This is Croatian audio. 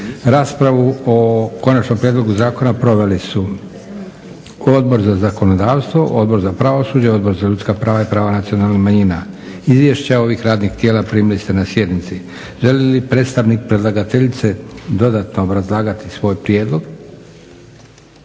Raspravu o konačnom prijedlogu zakona proveli su Odbor za zakonodavstvo, Odbor za pravosuđe, Odbor za ljudska prava i prava nacionalnih manjina. Izvješća ovih radnih tijela primili ste na sjednici. Želi li predstavnik predlagateljice dodatno obrazložiti prijedlog?